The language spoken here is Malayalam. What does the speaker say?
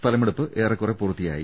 സ്ഥലമെടുപ്പ് ഏറെ കുറെ പൂർത്തിയായി